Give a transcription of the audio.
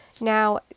Now